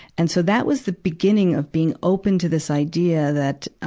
and so, that was the beginning of being open to this idea that, ah,